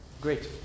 Great